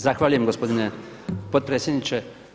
Zahvaljujem gospodine potpredsjedniče.